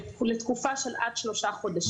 לתקופה של עד שלושה חודשים.